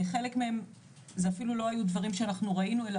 חלק מהם זה אפילו לא היו דברים שאנחנו ראינו אלא